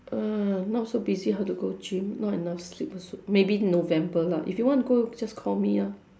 ah now so busy how to go gym not enough sleep also maybe november lah if you want to go just call me ah